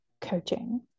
coaching